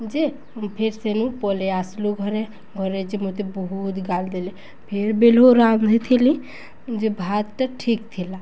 ଯେ ଫେର୍ ସେନୁ ପଲେ ଆସଲୁ ଘରେ ଘରେ ଯେ ମୋତେ ବହୁତ ଗାଲ ଦେଲେ ଫେର୍ ବେଲୋ ରାନ୍ଧିଥିଲି ଯେ ଭାତଟା ଠିକ୍ ଥିଲା